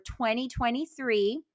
2023